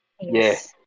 Yes